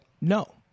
no